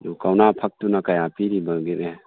ꯑꯗꯨ ꯀꯧꯅꯥ ꯐꯛꯇꯨꯅ ꯀꯌꯥ ꯄꯤꯔꯤꯕꯒꯦꯅꯦ